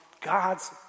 God's